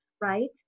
right